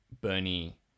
Bernie